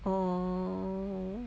oh